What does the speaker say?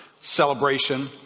celebration